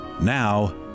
Now